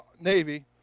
Navy